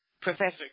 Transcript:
Professor